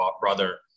brother